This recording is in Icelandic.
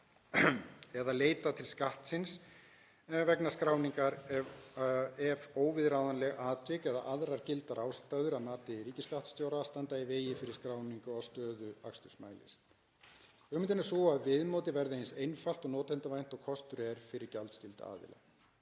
eða leitað til Skattsins vegna skráningar ef óviðráðanleg atvik eða aðrar gildar ástæður að mati ríkisskattstjóra standa í vegi fyrir skráningu á stöðu akstursmælis. Hugmyndin er því sú að viðmótið verði eins einfalt og notendavænt og kostur er fyrir gjaldskylda aðila.